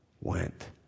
went